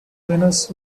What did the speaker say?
menus